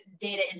data